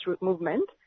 movement